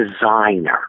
designer